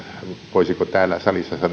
voisiko täällä salissa